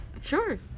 Sure